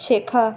শেখা